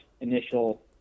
initial